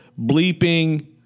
bleeping